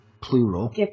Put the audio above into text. Plural